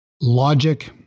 logic